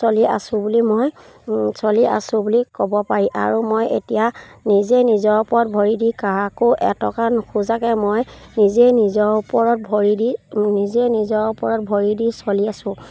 চলি আছোঁ বুলি মই চলি আছোঁ বুলি ক'ব পাৰি আৰু মই এতিয়া নিজে নিজৰ ওপৰত ভৰি দি কাকো এটকা নোখোজাকৈ মই নিজেই নিজৰ ওপৰত ভৰি দি নিজে নিজৰ ওপৰত ভৰি দি চলি আছোঁ